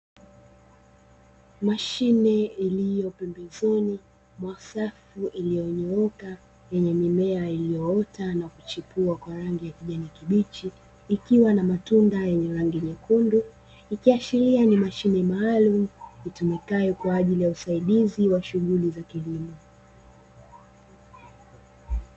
Mashine iliyo pembezoni mwa safu iliyonyooka yenye mimea iliyoota na kuchipua kwa rangi ya kijani kibichi, ikiwa na matunda yenye rangi nyekundu, ikiashiria ni mashine maalumu itumikayo kwa ajili ya usaidizi wa shughuli za kilimo.